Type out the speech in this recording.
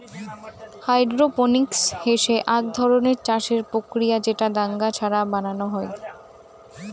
hydroponics হসে আক ধরণের চাষের প্রক্রিয়া যেটা দাঙ্গা ছাড়া বানানো হই